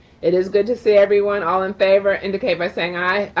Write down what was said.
it is good to see everyone all in favor, indicate by saying aye.